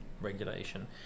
regulation